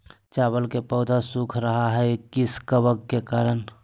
चावल का पौधा सुख रहा है किस कबक के करण?